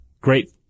Great